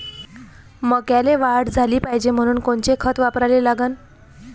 मक्याले वाढ झाली पाहिजे म्हनून कोनचे खतं वापराले लागन?